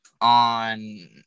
on